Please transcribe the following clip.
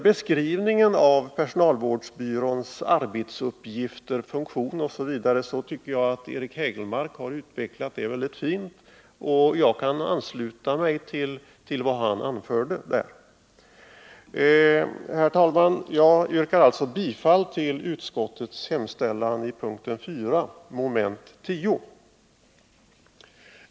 Beskrivningen av personalvårdsbyråns arbetsuppgifter, funktion osv. tycker jag att Eric Hägelmark har utvecklat väldigt fint, och jag kan ansluta mig till vad han anförde där. Herr talman! Jag yrkar alltså bifall till utskottets hemställan under punkt 4 mom. 10.